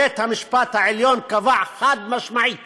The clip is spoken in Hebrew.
בית-המשפט העליון קבע חד-משמעית